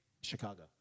Chicago